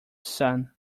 sun